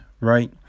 right